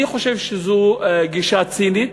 אני חושב שזו גישה צינית,